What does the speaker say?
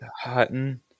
Hutton